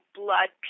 blood